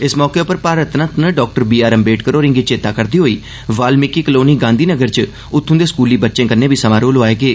इस मौके उप्पर Bharat Ratna doctor B R Ambedkar होरे गी चेत्ता करदे होई वाल्मीकी कलोनी गांधी नगर च उत्थूं दे स्कूली बच्चे कन्नै बी समारोह लोआए गे